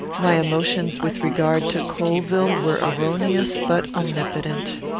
my emotions with regard to colvill were erroneous, but omnipotent.